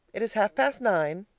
it is half past nine.